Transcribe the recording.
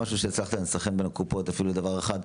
זה שהצלחת לסנכרן בין הקופות אפילו בדבר אחד.